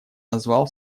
назвал